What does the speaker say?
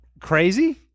crazy